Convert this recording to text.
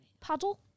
paddle